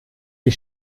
die